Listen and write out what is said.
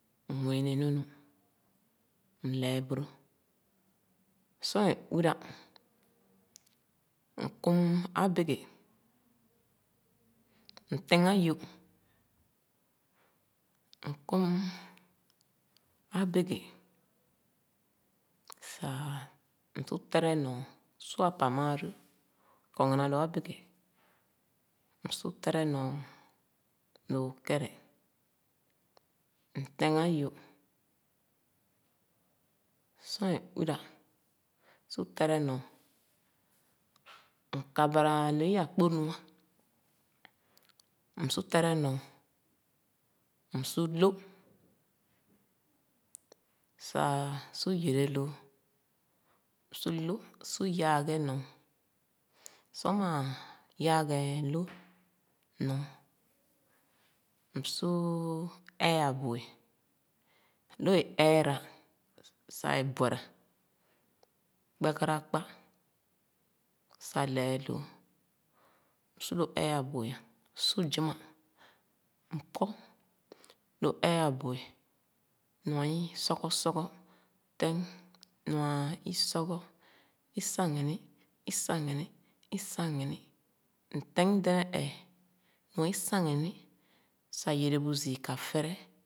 M’wiini nunu, m’lɛɛ boro, sor é uwirà, on’ kum abegè, m’tēng ayō m’kum abegè, m’su tere nɔ lō kɛrɛ. M’ tēng ayō. Sor é uwira, m’su tere tere nɔ. M’kabara lo’i akpōnu, m’su tere nɔ. M’su lōh sah su yereloo. M’su lōh su yaaghɛ nɔ. Sor maa yaaghɛ lōh nɔ, m’sn ee abu’e, lō eera sah é buɛra, gbagaraa akpa sah lɛɛ lōō. M’su lō ee abu’e, lō eera sah ē buɛra, gbagaraa akpa sah lɛɛ lōō. M’su lō ee abu’e, m’su zumah, m’kpor lō ee abu’e nua i sɔgɔ sɔgɔ, tēng nua i sɔgo, i sagini, isagini, isagini, m’feng dɛnɛ ēē nua isagini, sah yere bu zii ka fere.